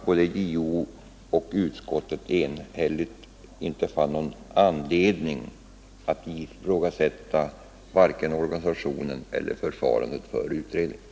Både JO och utskottet fann att det inte var anledning att ifrågasätta vare sig organisationen eller förfarandet för utredningen.